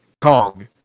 Kong